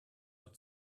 nur